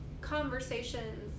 conversations